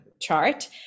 chart